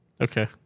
Okay